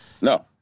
No